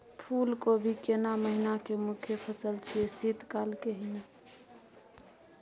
फुल कोबी केना महिना के मुखय फसल छियै शीत काल के ही न?